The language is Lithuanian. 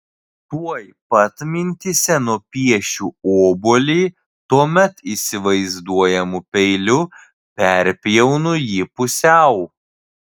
tuoj pat mintyse nupiešiu obuolį tuomet įsivaizduojamu peiliu perpjaunu jį pusiau